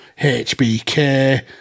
HBK